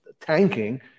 tanking